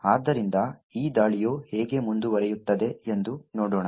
ಆದ್ದರಿಂದ ಈ ದಾಳಿಯು ಹೇಗೆ ಮುಂದುವರಿಯುತ್ತದೆ ಎಂದು ನೋಡೋಣ